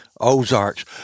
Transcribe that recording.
ozarks